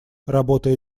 работая